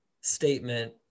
statement